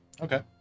okay